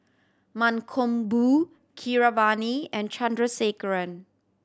Mankombu Keeravani and Chandrasekaran